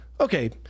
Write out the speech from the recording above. Okay